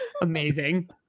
Amazing